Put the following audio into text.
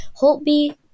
Holtby